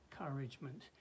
encouragement